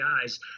guys